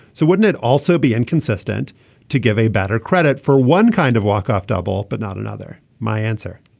so wouldn't it also be inconsistent to give a better credit for one kind of walk off double but not another. my answer.